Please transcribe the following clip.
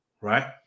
right